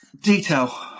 Detail